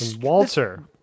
Walter